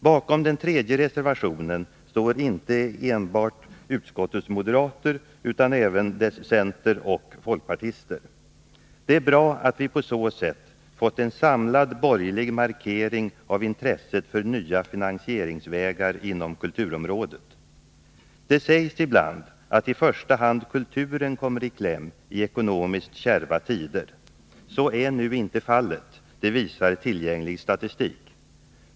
Bakom den tredje reservationen står inte enbart moderaterna i utskottet utan även centeroch folkpartisterna. Det är bra att vi på så sätt fått en samlad borgerlig markering av intresset för nya finansieringsvägar inom kulturområdet. Det sägs ibland att i första hand kulturen kommer i kläm i ekonomiskt kärva tider. Så är nu inte fallet — det visar tillgänglig statistik.